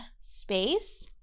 space